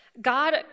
God